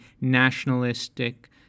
nationalistic